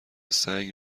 سنگ